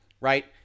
right